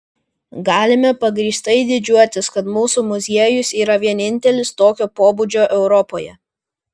galime pagrįstai didžiuotis kad mūsų muziejus yra vienintelis tokio pobūdžio europoje